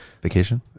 Vacation